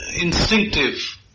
instinctive